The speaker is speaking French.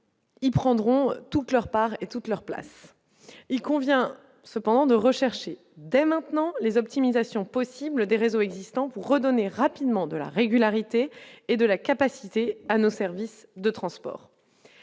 prendront toute leur part et toute leur place, il convient cependant de rechercher dès maintenant les optimisations possible des réseaux existants pour redonner rapidement de la régularité et de la capacité à nos services de transport